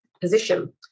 position